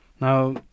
Now